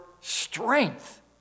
strength